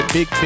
Big